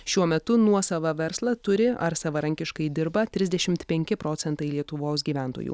šiuo metu nuosavą verslą turi ar savarankiškai dirba trisdešimt penki procentai lietuvos gyventojų